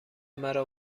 مرا